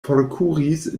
forkuris